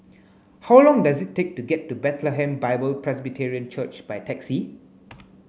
how long does it take to get to Bethlehem Bible Presbyterian Church by taxi